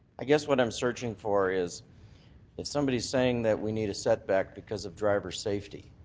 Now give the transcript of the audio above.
i guess what i'm searching for is if somebody is saying that we need a setback because of driver safety